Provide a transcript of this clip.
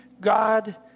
God